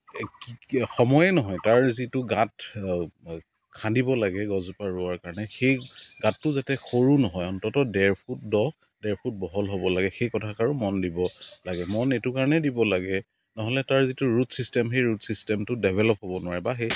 কি সময়ে নহয় তাৰ যিটো গাঁত খান্দিব লাগে গছজোপা ৰোৱাৰ কাৰণে সেই গাঁতটো যাতে সৰু নহয় অন্তত ডেৰফুট দ' ডেৰফুট বহল হ'ব লাগে সেই কথাষাৰো মন দিব লাগে মন এইটো কাৰণে দিব লাগে নহ'লে তাৰ যিটো ৰুট ছিষ্টেম সেই ৰুট ছিষ্টেমটো ডেভেলপ হ'ব নোৱাৰে বা সেই